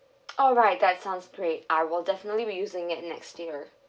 all right that sounds great I will definitely be using it next year